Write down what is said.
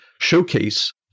showcase